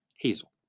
Hazel